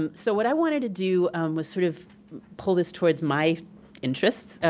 um so but i wanted to do was sort of pull this towards my interests,